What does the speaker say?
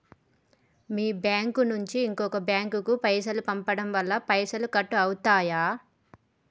మీ bank నుంచి ఇంకో bank కు పైసలు పంపడం వల్ల పైసలు కట్ అవుతయా?